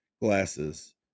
glasses